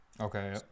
Okay